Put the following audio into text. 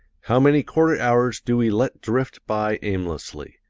how many quarter hours do we let drift by aimlessly!